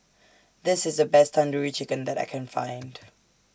This IS The Best Tandoori Chicken that I Can Find